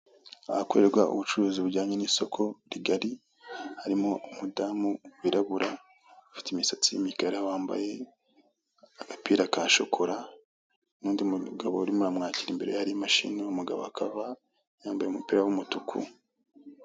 Ahokorerwa ubucuruzi bujyanye n'isoko rigari harimo umudamu wirabura ufite imisatsi y'imikara wambaye agapira ka shokora n'undi mugabo urimo uramwakira imbere ye hari imashi uwo mugabo akaba yambaye umupira w'umutuku.